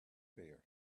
bear